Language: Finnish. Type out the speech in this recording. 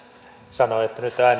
sanoi että nyt ääneen on